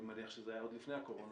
בוקר טוב,